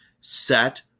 set